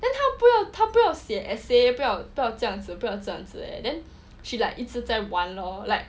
then 他不要他不要写 essay 不要不要这样子不要这样子 leh then she like 一直在玩 lor like